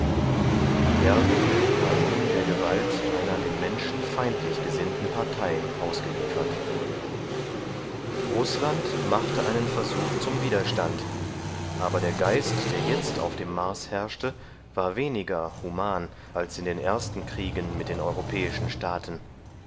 die erde war nun der gewalt einer den menschen feindlich gesinnten partei ausgeliefert rußland machte einen versuch zum widerstand aber der geist der jetzt auf dem mars herrschte war weniger human als in den ersten kriegen mit den europäischen staaten